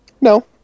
No